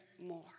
more